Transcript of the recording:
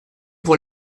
pour